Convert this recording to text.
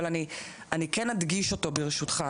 אבל אני כן אדגיש אותו ברשותך,